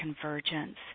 Convergence